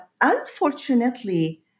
Unfortunately